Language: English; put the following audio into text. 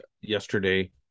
yesterday